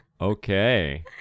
Okay